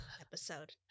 episode